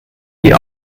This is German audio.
die